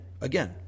again